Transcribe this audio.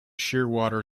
shearwater